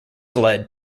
led